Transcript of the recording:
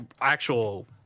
actual